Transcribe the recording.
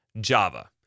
Java